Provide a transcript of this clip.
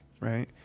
right